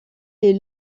les